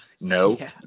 No